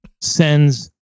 sends